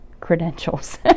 credentials